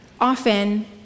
Often